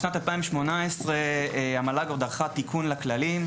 בשנת 2018 המל"ג עוד ערכה תיקון לכללים,